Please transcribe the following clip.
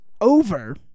over